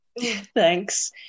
Thanks